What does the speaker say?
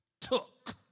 took